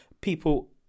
people